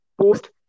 post